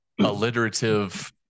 alliterative